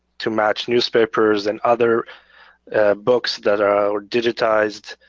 to match newspapers and other books that are digitized.